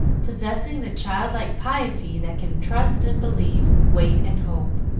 possessing the childlike piety that can trust and believe, wait and hope.